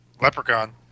Leprechaun